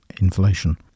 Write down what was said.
inflation